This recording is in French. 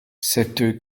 cette